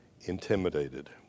intimidated